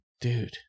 Dude